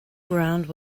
ground